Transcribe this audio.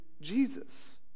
Jesus